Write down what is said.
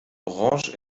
orange